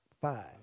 five